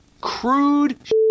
crude